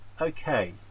Okay